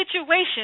situation